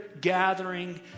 gathering